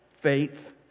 faith